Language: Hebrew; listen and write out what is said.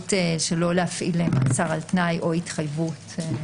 אפשרות שלא להפעיל מאסר על תנאי או התחייבות.